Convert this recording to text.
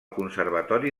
conservatori